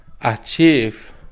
achieve